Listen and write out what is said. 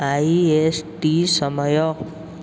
I S T ସମୟ